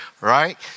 Right